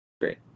Great